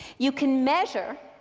you can measure,